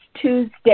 Tuesday